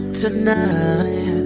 tonight